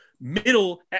Middle